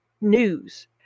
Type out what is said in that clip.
news